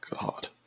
God